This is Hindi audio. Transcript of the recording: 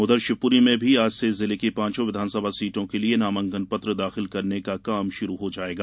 उधर शिवपूरी में भी आज से जिले की पांचों विधानसभा सीटों के लिए नामांकन पत्र दाखिल करने का काम शुरू हो जायेगा